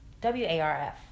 W-A-R-F